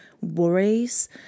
worries